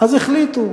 אז החליטו.